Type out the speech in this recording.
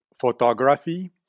photography